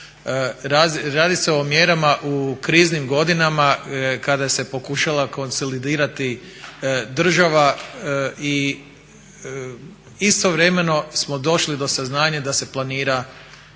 Radi se o mjerama u kriznim godinama kada se pokušala konsolidirati država i istovremeno smo došli do saznanja da se planira